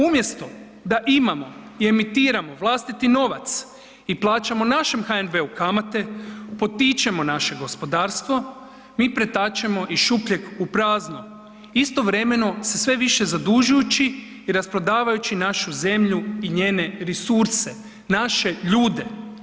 Umjesto da imamo i emitiramo vlastiti novac i plaćamo našem HNB-u kamate, potičemo naše gospodarstvo, mi pretačemo iz šupljeg u prazno, istovremeno se sve više zadužujući i rasprodavajući našu zemlje i njene resurse, naše ljude.